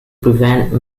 prevent